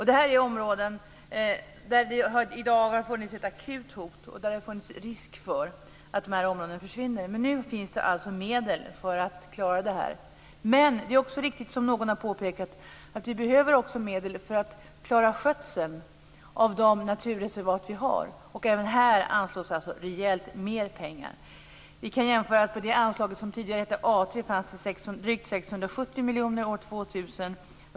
Det här är områden där det har funnits ett akut hot och risk för att de här områdena försvinner, men nu finns alltså medel att klara detta. Men det är också viktigt, som någon har påpekat, att ha medel för att klara skötseln av de naturreservat vi har. Även här anslås rejält med pengar.